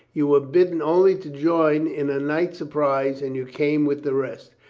you were bidden only to join in a night surprise and you came with the rest.